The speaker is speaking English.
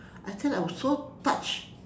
I said I was so touched